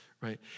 right